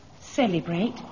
celebrate